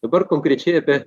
dabar konkrečiai apie